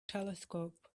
telescope